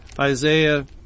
Isaiah